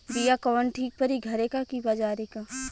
बिया कवन ठीक परी घरे क की बजारे क?